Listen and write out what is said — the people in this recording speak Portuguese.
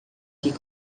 que